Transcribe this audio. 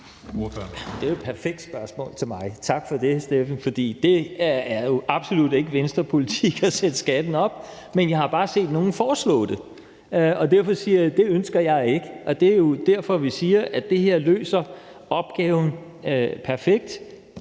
Det er jo et perfekt spørgsmål til mig – tak for det – for det er jo absolut ikke Venstrepolitik at sætte skatten op. Men jeg har bare set nogen foreslå det, og derfor siger jeg, at det ønsker jeg ikke. Det er jo derfor, vi siger, at det her løser opgaven perfekt,